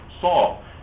Saul